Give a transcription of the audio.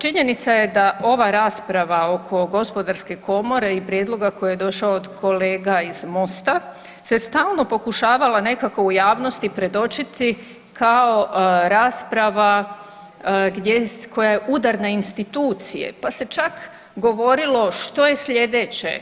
Činjenica je da ova rasprava oko gospodarske komore i prijedloga koji je došao od kolega iz MOST-a se stalno pokušavala nekako u javnosti predočiti kao rasprava koja je udar na institucije, pa se čak govorilo što je sljedeće.